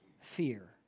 fear